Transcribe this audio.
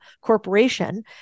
corporation